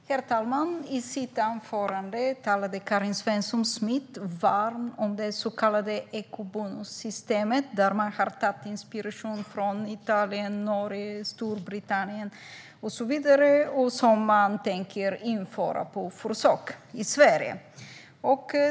Herr talman! I sitt anförande talade Karin Svensson Smith varmt om det så kallade eco-bonussystemet där man har tagit inspiration från Italien, Norge, Storbritannien och så vidare och som man tänker införa på försök i Sverige.